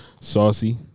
Saucy